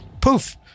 Poof